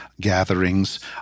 gatherings